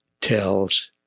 tells